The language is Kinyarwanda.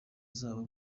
zabo